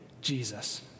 Jesus